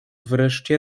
wreszcie